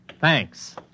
Thanks